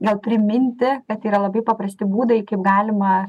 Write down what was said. gal priminti kad yra labai paprasti būdai kaip galima